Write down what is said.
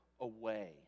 away